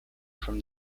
from